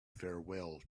farewell